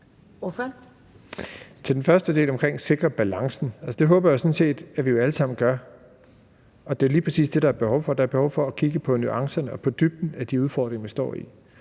Bruus (S): Til den første del omkring det at sikre balancen: Det håber jeg jo sådan set vi allesammen gør, og det er lige præcis det, der er behov for. Der er behov for at kigge på nuancerne og på dybden af de udfordringer, vi står i.